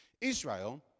Israel